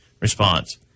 response